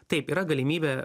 taip yra galimybė